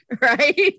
right